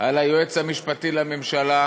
וכלפי היועץ המשפטי לממשלה.